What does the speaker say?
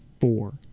four